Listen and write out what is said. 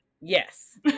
yes